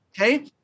Okay